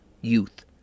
youth